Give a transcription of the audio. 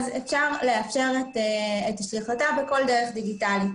אפשר לאפשר את שליחתו בכל דרך דיגיטלית.